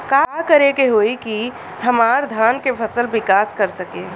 का करे होई की हमार धान के फसल विकास कर सके?